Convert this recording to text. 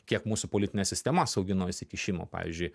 kiek mūsų politinė sistema saugi nuo įsikišimo pavyzdžiui